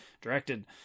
directed